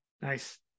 Nice